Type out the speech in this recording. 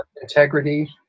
integrity